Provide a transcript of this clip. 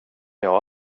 jag